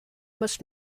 must